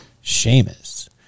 Sheamus